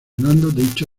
dicho